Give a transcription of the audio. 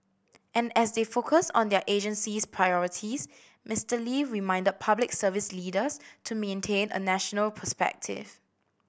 and as they focus on their agency's priorities Mister Lee reminded Public Service leaders to maintain a national perspective